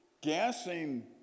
gassing